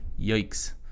yikes